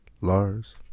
Lars